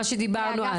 מה שדיברנו אז.